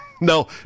no